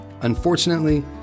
Unfortunately